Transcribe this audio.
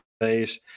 face